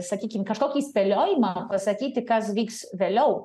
sakykim kažkokį spėliojimą pasakyti kas vyks vėliau